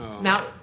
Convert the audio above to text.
now